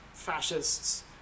fascists